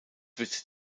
wird